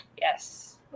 Yes